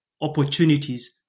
opportunities